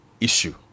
issue